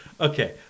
okay